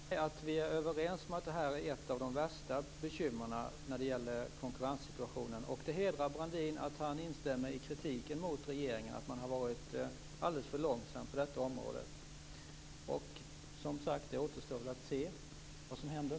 Fru talman! Det gläder mig att vi är överens om att det här är ett av de värsta bekymren när det gäller konkurrenssituationen. Det hedrar Brandin att han instämmer i kritiken mot regeringen - att man har varit alldeles för långsam på detta område. Som sagt: Det återstår väl att se vad som händer.